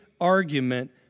argument